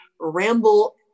ramble